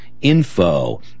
info